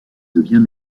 devient